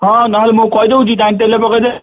ହଁ ନହେଲେ ମୁଁ କହିଦେଉଛି ତାନ ତେଲ ପକେଇଦେବେ